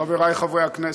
חבריי חברי הכנסת,